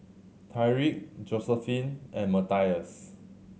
Tyrique Josiephine and Matthias